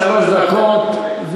שלוש דקות,